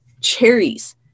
Cherries